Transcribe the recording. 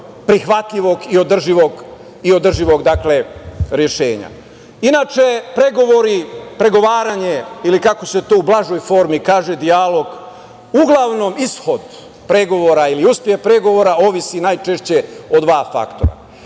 prihvatljivog i održivog rešenja. Inače, pregovori, pregovaranje ili kako se to u blažoj formi kaže - dijalog, uglavnom ishod pregovora ili uspeh pregovora zavisi najčešće od dva faktora.